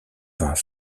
vingts